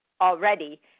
already